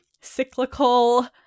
cyclical